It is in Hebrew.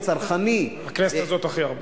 -- הצרכני -- בכנסת הזאת הכי הרבה.